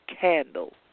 candle